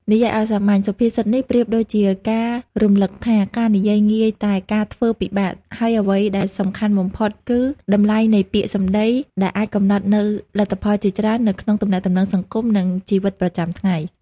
និយាយឱ្យសាមញ្ញ សុភាសិតនេះប្រៀបដូចជាការរំលឹកថា "ការនិយាយងាយ តែការធ្វើពិបាក" ហើយអ្វីដែលសំខាន់បំផុតគឺ តម្លៃនៃពាក្យសម្ដី ដែលអាចកំណត់នូវលទ្ធផលជាច្រើននៅក្នុងទំនាក់ទំនងសង្គម និងជីវិតប្រចាំថ្ងៃ។